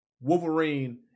Wolverine